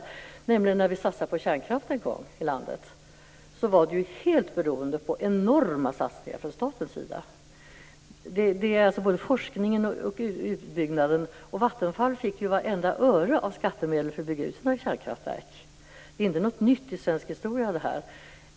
Jag tänker på när vi en gång satsade på kärnkraften i vårt land. Då var man helt beroende av enorma satsningar från statens sida. Det gäller då både forskningen och utbyggnaden. Vattenfall fick vartenda öre från skattemedel för att bygga ut sina kärnkraftverk, så det här är inget nytt i svensk historia.